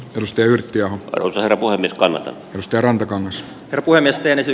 kalusteyhtiö joltain apua niskanen noste rantakangas voimistelisi